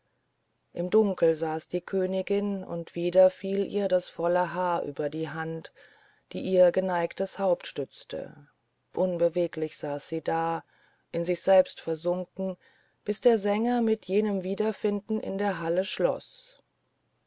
im dunkel saß die königin und wieder fiel ihr das volle haar über die hand die ihr geneigtes haupt stützte unbeweglich saß sie da in sich selbst versunken bis der sänger mit jenem wiederfinden in der halle schloß